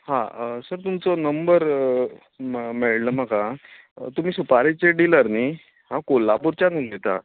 हा सर तुमचो नंबर मेळ्ळो म्हाका तुमी सुपारेचे डिलर न्ही हांव कोल्हापूरच्यान उलयतां